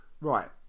right